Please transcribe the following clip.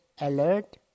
alert